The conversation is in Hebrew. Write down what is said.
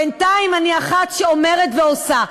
בינתיים אני אחת שאומרת ועושה.